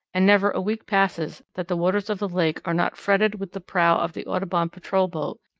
and never a week passes that the waters of the lake are not fretted with the prow of the audubon patrol boat,